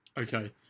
Okay